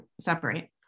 separate